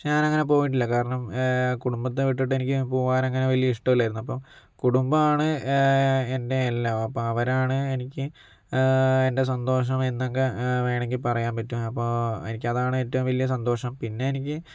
പക്ഷെ ഞാനങ്ങനെ പോയിട്ടില്ല കാരണം കുടുംബത്തെ വിട്ടിട്ട് എനിക്ക് പോകാൻ അങ്ങനെ വലിയ ഇഷ്ടമില്ലായിരുന്നു അപ്പം കുടുംബമാണ് എൻ്റെ എല്ലാം അപ്പം അവരാണ് എനിക്ക് എൻ്റെ സന്തോഷവും എന്നൊക്കെ വേണമെങ്കിൽ പറയാൻ പറ്റും അപ്പോൾ എനിക്കതാണ് ഏറ്റവും വലിയ സന്തോഷം പിന്നെ എനിക്ക്